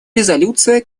резолюция